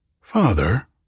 Father